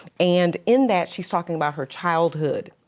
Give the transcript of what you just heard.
and in that, she's talking about her childhood,